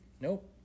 Nope